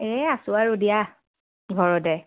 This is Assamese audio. এই আছোঁ আৰু দিয়া ঘৰতে